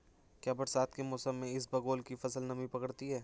क्या बरसात के मौसम में इसबगोल की फसल नमी पकड़ती है?